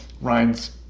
Ryan's